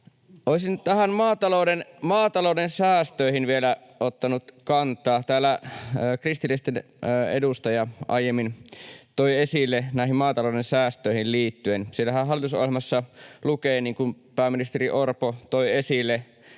Olisin maatalouden säästöihin vielä ottanut kantaa. Täällä kristillisten edustaja aiemmin toi esille asioita näihin maatalouden säästöihin liittyen. Siellä hallitusohjelmassahan lukee, niin kuin pääministeri Orpo toi esille,